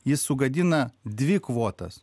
jis sugadina dvi kvotas